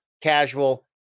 casual